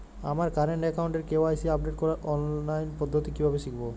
আমার কারেন্ট অ্যাকাউন্টের KYC update করার অনলাইন পদ্ধতি কীভাবে শিখব?